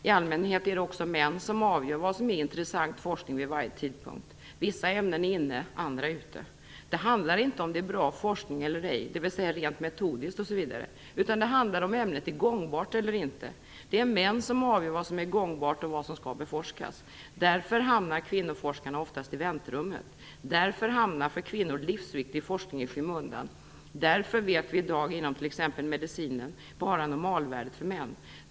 I allmänhet är det också män som avgör vad som är "intressant" forskning vid varje tidpunkt. Vissa ämnen är inne, andra ute. Det handlar inte om ifall det är bra forskning eller ej, dvs. rent metodiskt, utan det handlar om ifall ämnet är gångbart eller inte. Det är män som avgör vad som är gångbart och vad som skall beforskas. Därför hamnar kvinnoforskarna oftast i väntrummet. Därför hamnar för kvinnor livsviktig forskning i skymundan. Därför vet vi i dag inom t.ex. medicinen bara normalvärdet för män.